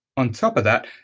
on top of that,